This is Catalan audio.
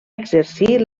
exercir